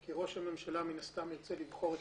כי ראש הממשלה מן הסתם ירצה לבחור את